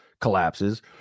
collapses